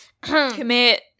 commit